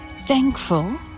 thankful